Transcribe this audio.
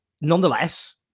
nonetheless